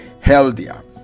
healthier